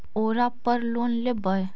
ओरापर लोन लेवै?